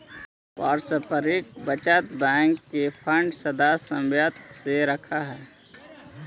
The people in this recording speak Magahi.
पारस्परिक बचत बैंक के फंड सदस्य समित्व से रखऽ हइ